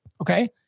okay